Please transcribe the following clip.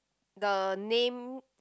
the name